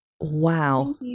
Wow